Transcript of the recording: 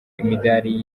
imidari